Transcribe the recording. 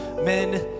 men